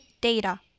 data